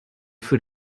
für